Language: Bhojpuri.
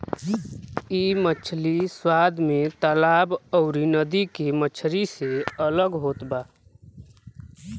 इ मछरी स्वाद में तालाब अउरी नदी के मछरी से अलग होत बा